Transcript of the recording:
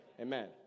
Amen